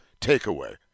takeaway